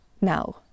now